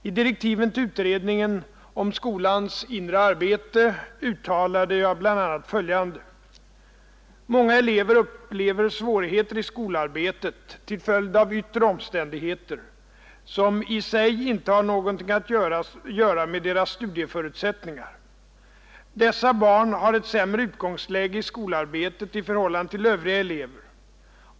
I direktiven till utredningen om skolans inre arbete uttalade jag bl.a. följande: ”Många elever upplever svårigheter i skolarbetet till följd av yttre omständigheter, som i sig inte har någonting med deras studieförutsättningar att göra. Dessa barn har ett sämre utgångsläge i skolarbetet i förhållande till övriga elever.